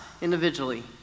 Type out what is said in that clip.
individually